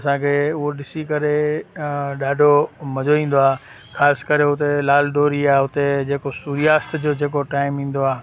असांखे हू ॾिसी करे ॾाढो मज़ो ईंदो आहे ख़ासि करे उते लालडोरी आहे उते जे को सूर्याअस्त जो जेको टाइम ईंदो आहे